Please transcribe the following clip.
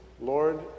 Lord